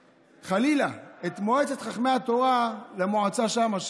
חלילה, את מועצת חכמי התורה למועצה שם,